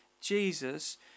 Jesus